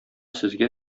сезгә